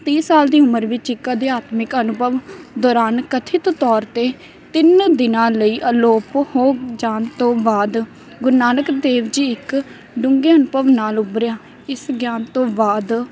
ਤੀਹ ਸਾਲ ਦੀ ਉਮਰ ਵਿੱਚ ਇੱਕ ਅਧਿਆਤਮਿਕ ਅਨੁਭਵ ਦੌਰਾਨ ਕਥਿਤ ਤੌਰ 'ਤੇ ਤਿੰਨ ਦਿਨਾਂ ਲਈ ਅਲੋਪ ਹੋ ਜਾਣ ਤੋਂ ਬਾਅਦ ਗੁਰੂ ਨਾਨਕ ਦੇਵ ਜੀ ਇੱਕ ਡੂੰਘੇ ਅਨੁਭਵ ਨਾਲ ਉਭਰਿਆ ਇਸ ਗਿਆਨ ਤੋਂ ਬਾਅਦ